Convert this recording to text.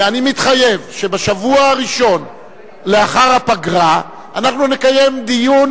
ואני מתחייב שבשבוע הראשון לאחר הפגרה אנחנו נקיים דיון